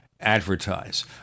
advertise